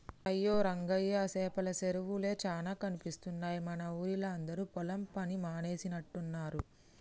అయ్యో రంగయ్య సేపల సెరువులే చానా కనిపిస్తున్నాయి మన ఊరిలా అందరు పొలం పని మానేసినట్టున్నరు